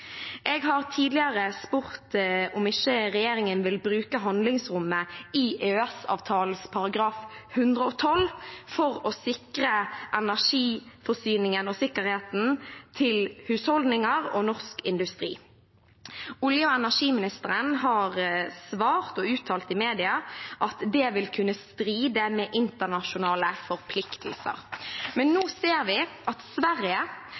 Jeg har tidligere spurt om ikke regjeringen vil bruke handlingsrommet i EØS-avtalen § 112 for å sikre energiforsyningen og sikkerheten til husholdninger og norsk industri. Olje- og energiministeren har svart og uttalt i media at det vil kunne stride mot internasjonale forpliktelser. Men nå ser vi at Sverige